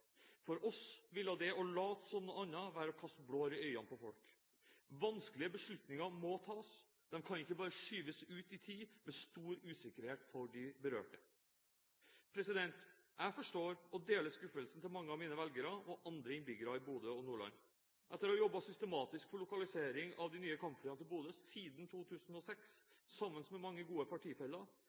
For oss ville det å late som noe annet være å kaste blår i øynene på folk. Vanskelige beslutninger må tas; de kan ikke bare skyves ut i tid med stor usikkerhet for de berørte. Jeg forstår – og deler – skuffelsen til mange av mine velgere og andre innbyggere i Bodø og i Nordland. Etter å ha jobbet systematisk for lokalisering av de nye kampflyene til Bodø siden 2006 sammen med mange gode partifeller